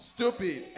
Stupid